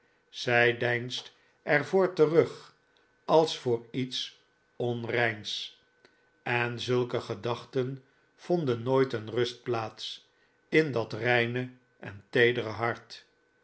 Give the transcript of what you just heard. zij deinst er voor terug als voor iets onreins en zulke gedachten vonden nooit een rustplaats in dat reine en teedere hart